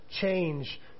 change